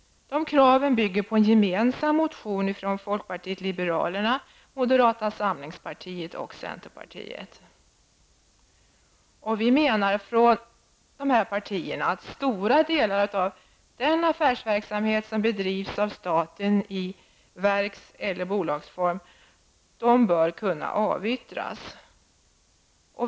Dessa krav bygger på en gemensam motion från folkpartiet liberalerna, moderata samlingspartiet och centerpartiet. Vi menar från dessa partier att stora delar av den affärsverksamhet som bedrivs av staten i verkseller bolagsform bör kunna avyttras.